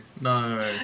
no